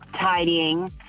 tidying